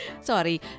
Sorry